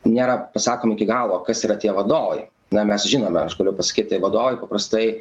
nėra pasakoma iki galo kas yra tie vadovai na mes žinome aš galiu pasakyt tai vadovai paprastai